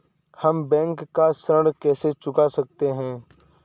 हम बैंक का ऋण कैसे चुका सकते हैं?